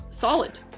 solid